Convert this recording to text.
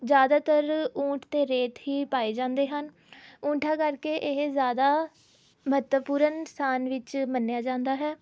ਜ਼ਿਆਦਾਤਰ ਊਂਠ ਅਤੇ ਰੇਤ ਹੀ ਪਾਏ ਜਾਂਦੇ ਹਨ ਊਂਠਾਂ ਕਰਕੇ ਇਹ ਜ਼ਿਆਦਾ ਮਹੱਤਵਪੂਰਨ ਸਥਾਨ ਵਿੱਚ ਮੰਨਿਆ ਜਾਂਦਾ ਹੈ